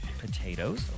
Potatoes